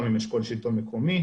גם עם אשכול שלטון מקומי,